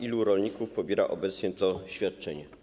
Ilu rolników pobiera obecnie to świadczenie?